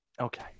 Okay